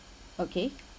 okay